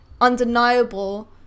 undeniable